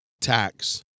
tax